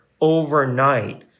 overnight